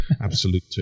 absolute